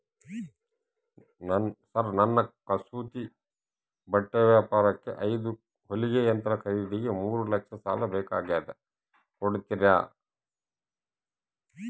Sir ನನ್ನ ಕಸೂತಿ ಬಟ್ಟೆ ವ್ಯಾಪಾರಕ್ಕೆ ಐದು ಹೊಲಿಗೆ ಯಂತ್ರ ಖರೇದಿಗೆ ಮೂರು ಲಕ್ಷ ಸಾಲ ಬೇಕಾಗ್ಯದ ಕೊಡುತ್ತೇರಾ?